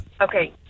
Okay